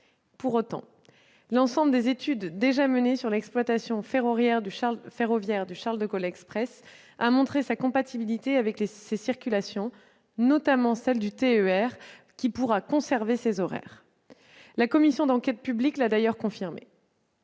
Pour autant, l'ensemble des études déjà menées sur l'exploitation ferroviaire du CDG Express a montré la compatibilité de celle-ci avec ces différentes circulations, notamment celle du TER, qui pourra conserver ses horaires. La commission d'enquête publique l'a d'ailleurs confirmé.